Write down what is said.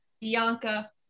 Bianca